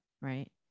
right